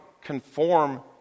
conform